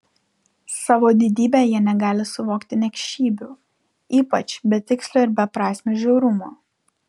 savo didybe jie negali suvokti niekšybių ypač betikslio ir beprasmio žiaurumo